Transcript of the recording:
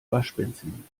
waschbenzin